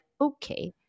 okay